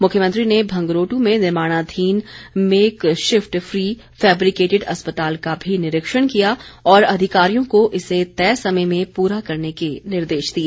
मुख्यमंत्री ने भंगरोट्र में निर्माणाधीन मेक शिफ्ट प्री फैब्रिकेटिड अस्पताल का भी निरीक्षण किया और अधिकारियों को इसे तय समय में पूरा करने के निर्देश दिए